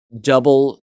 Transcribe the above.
double